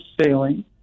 sailing